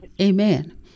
amen